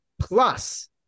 plus